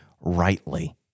rightly